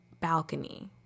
Balcony